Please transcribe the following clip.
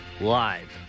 Live